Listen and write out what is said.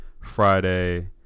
Friday